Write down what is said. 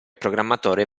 programmatore